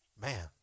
Man